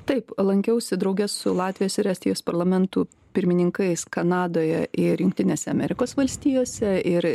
taip lankiausi drauge su latvijos ir estijos parlamentų pirmininkais kanadoje ir jungtinėse amerikos valstijose ir